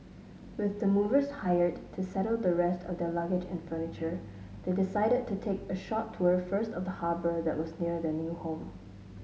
with the movers hired to settle the rest of their luggage and furniture they decided to take a short tour first of the harbour that was near their new home